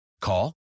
Call